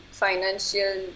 financial